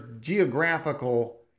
geographical